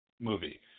movie